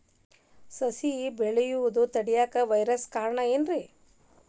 ಸಸಿ ಬೆಳೆಯುದ ತಡಿಯಾಕ ವೈರಸ್ ಕಾರಣ ಏನ್ರಿ?